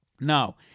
Now